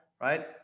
right